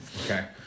okay